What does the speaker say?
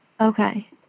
Okay